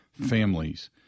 families